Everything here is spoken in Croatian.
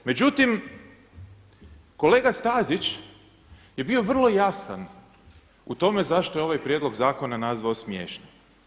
Međutim, kolega Stazić je bio vrlo jasan u tome zašto je ovaj prijedlog zakona nazvao smiješnim.